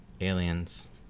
aliens